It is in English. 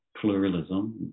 pluralism